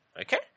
Okay